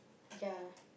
ya